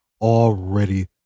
already